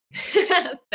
Thank